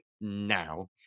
Now